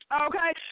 Okay